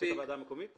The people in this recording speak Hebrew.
רוצה את הוועדה המקומית?